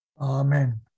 Amen